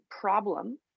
problem